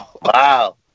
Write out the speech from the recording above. Wow